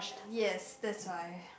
yes that's why